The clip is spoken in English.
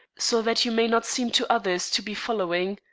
so that you may not seem to others to be following.